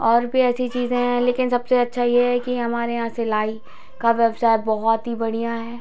और भी अच्छी चीजें हैं लेकिन सबसे अच्छा ये है कि हमारे यहाँ सिलाई का व्यवसाय बहुत ही बढ़िया है